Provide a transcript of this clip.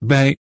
Bij